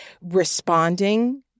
responding